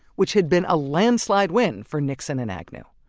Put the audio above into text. which had been a landslide win for nixon and agnew.